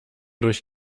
durch